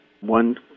one